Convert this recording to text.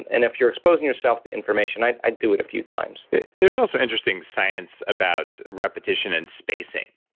and if you're exposing yourself to information, i do it a few times there's also interesting science about repetition and spacing.